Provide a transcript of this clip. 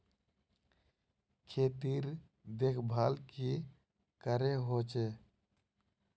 खेतीर देखभल की करे होचे?